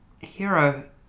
Hero